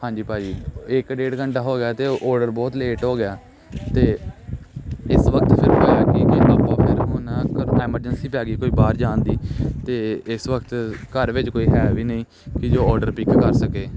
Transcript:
ਹਾਂਜੀ ਭਾਅ ਜੀ ਇੱਕ ਡੇਢ ਘੰਟਾ ਹੋ ਗਿਆ ਅਤੇ ਓਹ ਓਡਰ ਬਹੁਤ ਲੇਟ ਹੋ ਗਿਆ ਅਤੇ ਇਸ ਵਕਤ ਫਿਰ ਮੈਂ ਫਿਰ ਹੁਣ ਘਰ ਐਮਰਜੈਂਸੀ ਪੈ ਗਈ ਕੋਈ ਬਾਹਰ ਜਾਣ ਦੀ ਅਤੇ ਇਸ ਵਕਤ ਘਰ ਵਿੱਚ ਕੋਈ ਹੈ ਵੀ ਨਹੀਂ ਕਿ ਜੋ ਓਡਰ ਪਿੱਕ ਕਰ ਸਕੇ